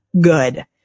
good